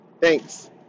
Thanks